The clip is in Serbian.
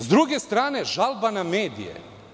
S druge strane žalba na medije.